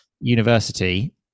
university